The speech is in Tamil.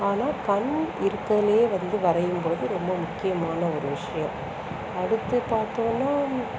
ஆனால் கண் இருக்கறதுலே வரையும்பொழுது ரொம்ப முக்கியமான ஒரு விஷ்யம் அடுத்து பாத்தோம்னா